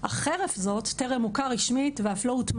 אך חרף זאת טרם הוכר רשמית ואף לא הוטמע